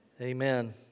amen